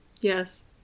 Yes